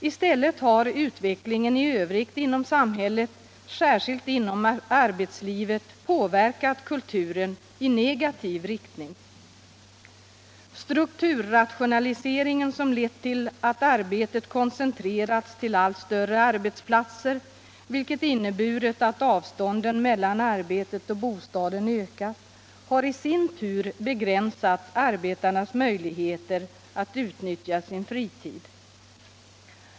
I stället har utvecklingen 1 Övrigt inom samhället, särskilt inom arbetslivet, påverkat kulturen i negativ riktning. Strukturrationaliseringen, som lett till att arbetet koncentrerats till allt större arbetsplatser, vilket inneburit att avstånden mellan arbetet och bostaden ökat, har i sin tur begränsat arbetarnas möjligheter att utnyttja sin fritid.